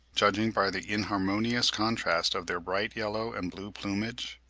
judging by the inharmonious contrast of their bright yellow and blue plumage?